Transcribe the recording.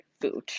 food